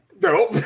Nope